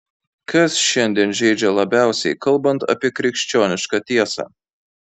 kas šiandien žeidžia labiausiai kalbant apie krikščionišką tiesą